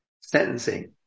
sentencing